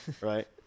right